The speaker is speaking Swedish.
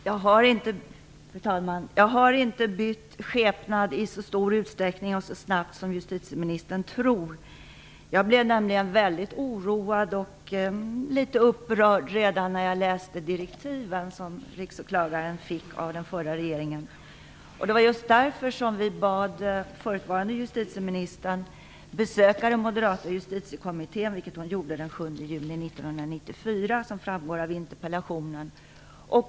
Fru talman! Jag har inte bytt skepnad i så stor utsträckning och så snabbt som justitieministern tror. Jag blev nämligen mycket oroad och litet upprörd redan när jag läste direktiven som Riksåklagaren fick av den förra regeringen. Det var just därför som vi bad förutvarande justitieministern besöka den moderata justitiekommittén, vilket hon gjorde den 7 juni 1994. Det framgår av interpellationen.